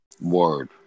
Word